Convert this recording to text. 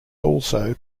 also